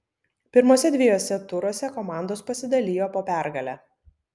pirmuose dviejuose turuose komandos pasidalijo po pergalę